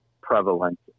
prevalent